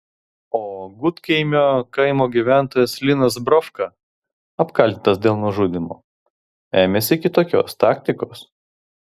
o gudkaimio kaimo gyventojas linas brovka apkaltintas dėl nužudymo ėmėsi kitokios taktikos